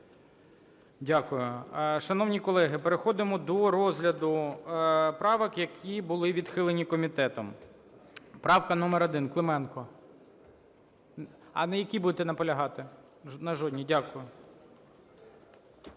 Дякую. Шановні колеги, переходимо до розгляду правок, які були відхилені комітетом. Правка номер 1, Клименко. А на якій будете наполягати? На жодній. Дякую.